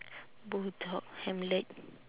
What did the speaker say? bulldog hamlet